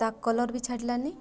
ତା କଲର୍ ବି ଛାଡ଼ିଲାନି